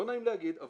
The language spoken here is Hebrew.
לא נעים להגיד,